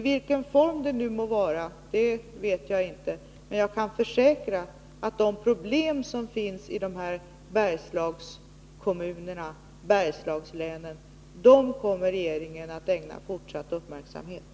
Vilken form detta må ta vet jag inte, men jag kan försäkra att regeringen kommer att ägna fortsatt uppmärksamhet åt de problem som finns i Bergslagskommunerna och Bergslagslänen.